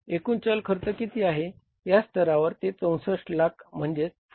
एकूण चल खर्च किती आहे या स्तरावर ते 6400000 म्हणजेच 6